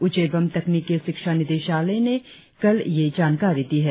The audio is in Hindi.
उच्च एवं तकनीकि शिक्षा निदेशालय ने कल यह जानकारी दी है